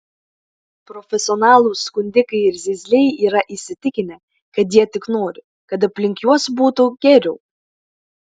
profesionalūs skundikai ir zyzliai yra įsitikinę kad jie tik nori kad aplink juos būtų geriau